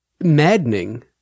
maddening